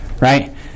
Right